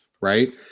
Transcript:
right